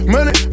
Money